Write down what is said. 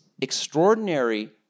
extraordinary